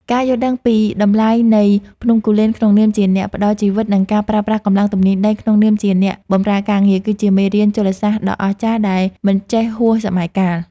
ការយល់ដឹងពីតម្លៃនៃភ្នំគូលែនក្នុងនាមជាអ្នកផ្ដល់ជីវិត និងការប្រើប្រាស់កម្លាំងទំនាញដីក្នុងនាមជាអ្នកបម្រើការងារ គឺជាមេរៀនជលសាស្ត្រដ៏អស្ចារ្យដែលមិនចេះហួសសម័យកាល។